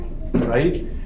right